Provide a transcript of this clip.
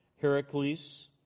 Heracles